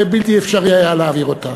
ולא היה אפשר להעביר אותו.